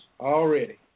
already